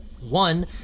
One